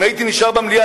אם הייתי נשאר במליאה,